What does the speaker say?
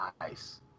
Nice